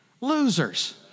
losers